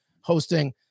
hosting